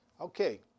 Okay